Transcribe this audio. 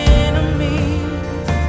enemies